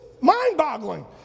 mind-boggling